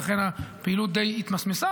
ולכן הפעילות די התמסמסה,